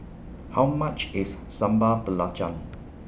How much IS Sambal Belacan